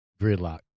Gridlock